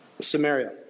Samaria